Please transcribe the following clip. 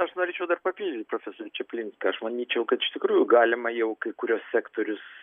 aš norėčiau dar papildyt profesrių čiaplinską aš manyčiau kad iš tikrųjų galima jau kai kuriuos sektorius